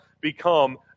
become